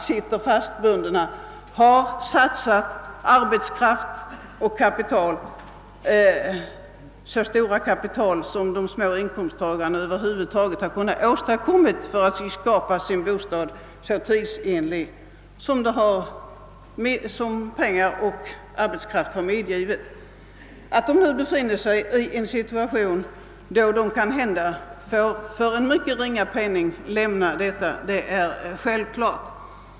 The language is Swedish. Trots att de människor det gäller satsat arbetskraft och så mycket kapital som en liten inkomsttagare över huvud taget kunde åstadkomma för att skaffa sig en så tidsenlig bostad som möjligt är dessa mänmiskor i dag i den situationen, att de måhända tvingas lämna sitt hem mot endast en ringa penning i ersättning.